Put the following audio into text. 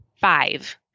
five